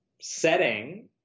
setting